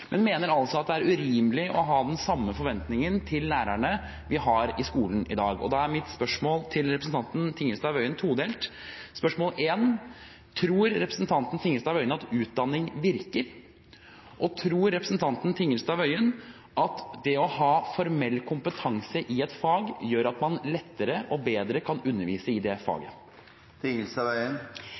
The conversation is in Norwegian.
men mener samtidig at det er urimelig å ha den samme forventningen til lærerne vi har i skolen i dag. Mitt spørsmål til representanten Tingelstad Wøien er todelt. Tror representanten Tingelstad Wøien at utdanning virker? Tror representanten Tingelstad Wøien at det å ha formell kompetanse i et fag gjør at man lettere og bedre kan undervise i det